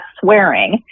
swearing